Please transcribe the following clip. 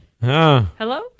Hello